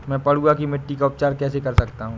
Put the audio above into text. मैं पडुआ की मिट्टी का उपचार कैसे कर सकता हूँ?